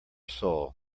soul